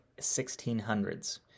1600s